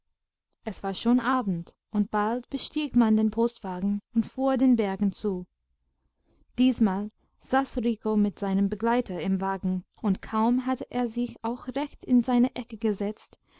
es war schon abend und bald bestieg man den postwagen und fuhr den bergen zu diesmal saß rico mit seinem begleiter im wagen und kaum hatte er sich auch recht in seine ecke gesetzt